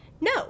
No